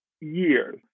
years